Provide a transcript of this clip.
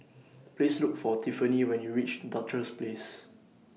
Please Look For Tiffani when YOU REACH Duchess Place